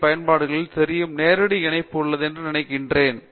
இ பயன்பாடுகளில் தெரியும் நேரடி இணைப்பு உள்ளது என்று நினைக்கிறேன்